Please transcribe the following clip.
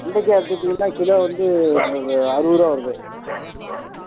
வெண்டைக்காய் எடுத்துட்டீங்கன்னா கிலோ வந்து இங்கே இப்போ அறுபதுருவா வருது